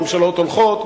ממשלות הולכות,